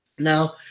Now